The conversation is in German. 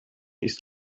ist